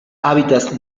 hábitats